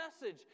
message